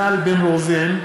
איל בן ראובן,